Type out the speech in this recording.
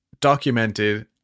documented